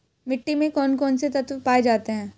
मिट्टी में कौन कौन से तत्व पाए जाते हैं?